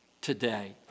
today